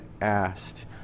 asked